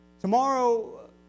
Tomorrow